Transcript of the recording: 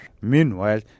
Meanwhile